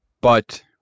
but-